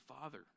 father